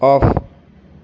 off